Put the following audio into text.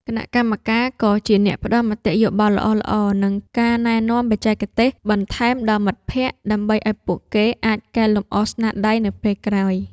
គណៈកម្មការក៏ជាអ្នកផ្ដល់មតិយោបល់ល្អៗ និងការណែនាំបច្ចេកទេសបន្ថែមដល់មិត្តភក្តិ ដើម្បីឱ្យពួកគេអាចកែលម្អស្នាដៃនៅពេលក្រោយ។